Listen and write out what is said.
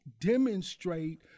demonstrate